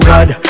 God